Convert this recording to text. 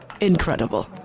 incredible